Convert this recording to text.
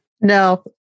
No